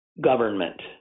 government